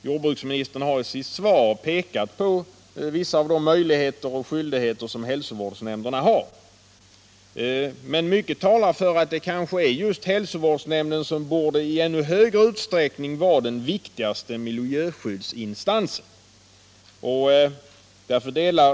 Jordbruksministern har i sitt svar pekat på vissa av de möjligheter och skyldigheter som hälsovårdsnämnderna har, men mycket talar för att kanske just hälsovårdsnämnden -— i större utsträckning än nu — borde vara den viktigaste miljöskyddsinstansen.